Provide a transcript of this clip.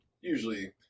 usually